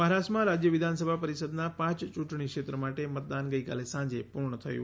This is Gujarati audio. મહારાષ્ટ્રમાં રાજ્ય વિધાનસભા પરિષદના પાંચ ચૂંટણી ક્ષેત્રો માટે મતદાન ગઈકાલે સાંજે પૂર્ણ થયું